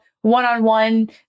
one-on-one